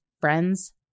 friends